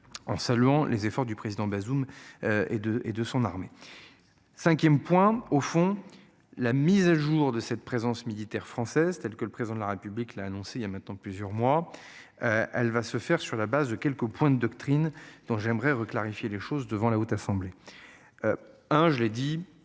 En saluant les efforts du président Bazoum. Et de, et de son armée. 5ème Point au fond la mise à jour de cette présence militaire française que le président de la République l'a annoncé il y a maintenant plusieurs mois. Elle va se faire sur la base de quelques points de doctrine dont j'aimerais veut clarifier les choses devant la Haute Assemblée. Hein je l'ai dit